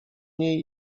niej